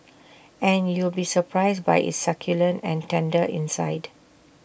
and you'll be surprised by its succulent and tender inside